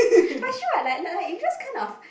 but true what like like like you just kind of